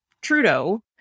Trudeau